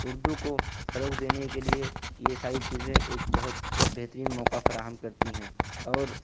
اردو کو فروغ دینے کے لیے یہ ساری چیزیں ایک بہت بہترین موقع فراہم کرتی ہیں اور